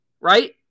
right